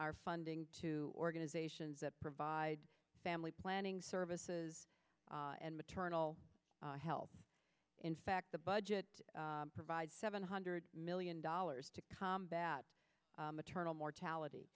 our funding to organizations that provide family planning services and maternal health in fact the budget provides seven hundred million dollars to combat maternal mortality